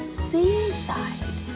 seaside